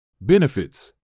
Benefits